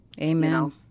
Amen